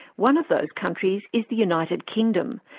one of those countries is the united kingdom,